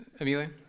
Amelia